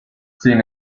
sin